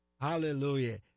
Hallelujah